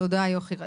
תודה, יוכי.